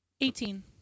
Eighteen